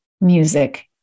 music